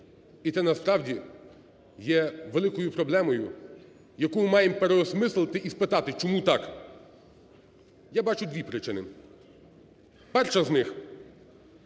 і це насправді є великою проблемою, яку ми маємо переосмислити і спитати, чому так? Я бачу дві причини. Перша з них